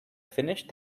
finished